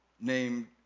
named